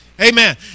Amen